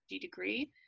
degree